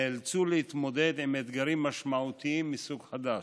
נאלצו להתמודד עם אתגרים משמעותיים מסוג חדש: